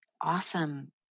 awesome